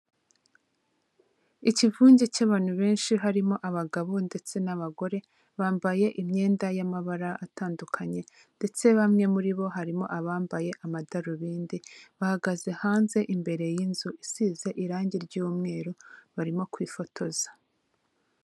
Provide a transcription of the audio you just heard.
Ikivunge cy'abantu benshi harimo abagabo ndetse n'abagore, bambaye imyenda y'amabara atandukanye ndetse bamwe muri bo harimo abambaye amadarubindi bahagaze hanze imbere y'inzu isize irangi ry'umweru barimo kwifotoza.